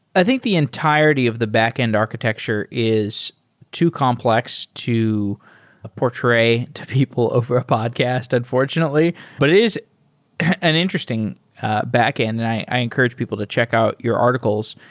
i think the entirety of the backend architecture is too complex to portray to people over podcast unfortunately, but it is an interesting backend, and i encourage people to check out your articles,